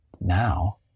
Now